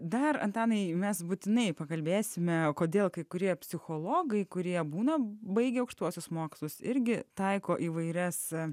dar antanai mes būtinai pakalbėsime kodėl kai kurie psichologai kurie būna baigę aukštuosius mokslus irgi taiko įvairias